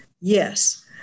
Yes